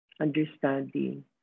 understanding